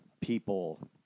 people